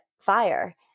fire